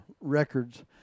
records